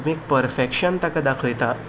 तुमी परफेक्शन ताका दाखयता